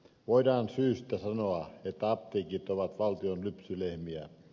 voidaan syystä sanoa että apteekit ovat valtion lypsylehmiä